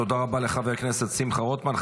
תודה רבה לחבר הכנסת שמחה רוטמן.